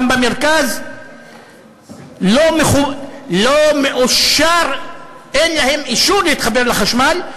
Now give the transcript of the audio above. גם במרכז אין להם אישור להתחבר לחשמל,